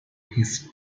his